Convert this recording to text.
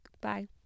Bye